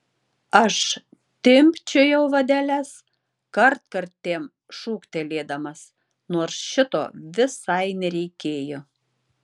aš timpčiojau vadeles kartkartėm šūktelėdamas nors šito visai nereikėjo